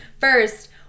first